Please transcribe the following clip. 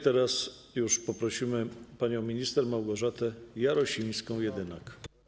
Teraz już poprosimy panią minister Małgorzatę Jarosińską-Jedynak.